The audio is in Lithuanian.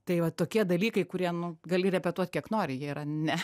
tai va tokie dalykai kurie nu gali repetuot kiek nori jie yra ne